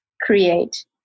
create